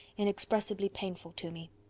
inexpressibly painful to me.